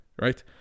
right